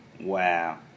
Wow